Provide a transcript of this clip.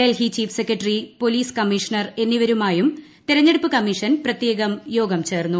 Delhi chief secretary police commissioner എന്നിവരുമായും തെരഞ്ഞെടുപ്പ് commission പ്രത്യേക യോഗം ചേർന്നു